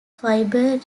fibre